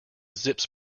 zip’s